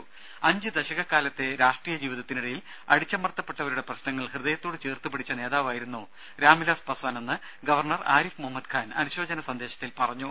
രുമ അഞ്ച് ദശകക്കാലത്തെ രാഷ്ട്രീയ ജീവിതത്തിനിടയിൽ അടിച്ചമർത്തപ്പെട്ടവരുടെ പ്രശ്നങ്ങൾ ഹൃദയത്തോട് ചേർത്തുപിടിച്ച നേതാവായിരുന്നു രാംവിലാസ് പസ്വാനെന്ന് ഗവർണർ ആരിഫ് മുഹമ്മദ് ഖാൻ അനുശോചന സന്ദേശത്തിൽ പറഞ്ഞു